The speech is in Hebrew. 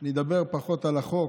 לא רק במקרה של הצבעה על פיזור הכנסת,